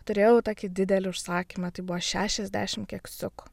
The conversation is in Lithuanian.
turėjau tokį didelį užsakymą tai buvo šešiasdešim keksiukų